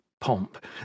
Pomp